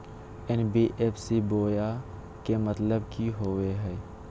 NBFC बोया के मतलब कि होवे हय?